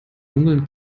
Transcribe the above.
dunkeln